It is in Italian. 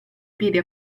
piedi